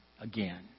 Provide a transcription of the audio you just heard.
again